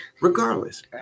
regardless